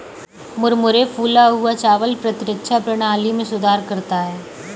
मुरमुरे फूला हुआ चावल प्रतिरक्षा प्रणाली में सुधार करता है